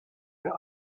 der